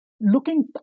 looking